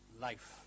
life